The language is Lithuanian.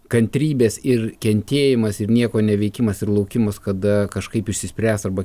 kantrybės ir kentėjimas ir nieko neveikimas ir laukimas kada kažkaip išsispręs arba